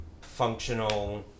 functional